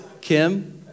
Kim